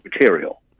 material